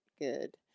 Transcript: good